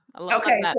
Okay